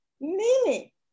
Mimi